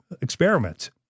experiment